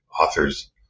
authors